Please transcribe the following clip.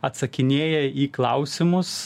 atsakinėja į klausimus